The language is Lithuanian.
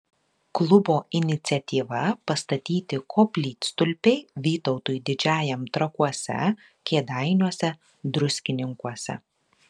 klubo iniciatyva pastatyti koplytstulpiai vytautui didžiajam trakuose kėdainiuose druskininkuose